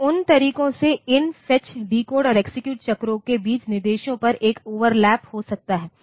तो उन तरीकों से इन फेचडिकोड और एक्सेक्यूट चक्रों के बीच निर्देशों पर एक ओवरलैप हो सकता है